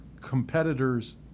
competitors